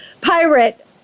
pirate